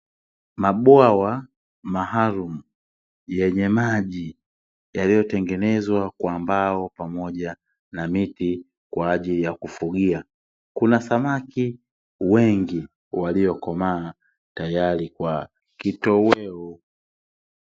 Mabwawa maalumu yenye maji yaliyotengenezwa kwa mbao pamoja na miti kwa ajili ya kufugia, kuna samaki wengi waliokomaa tayari kwa kitoweo.